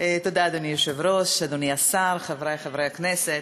אדוני השר, חברי חברי הכנסת,